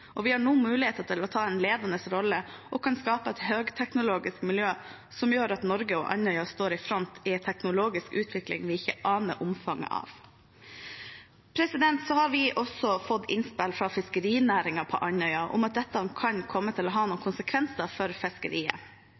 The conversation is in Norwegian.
og vi har nå mulighet til å ta en ledende rolle og kan skape et høyteknologisk miljø som gjør at Norge og Andøya står i front i en teknologisk utvikling vi ikke aner omfanget av. Vi har også fått innspill fra fiskerinæringen på Andøya om at dette kan komme til å ha noen konsekvenser for fiskeriet.